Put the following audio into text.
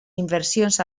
inversions